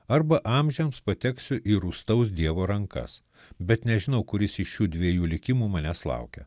arba amžiams pateksiu į rūstaus dievo rankas bet nežinau kuris iš šių dviejų likimų manęs laukia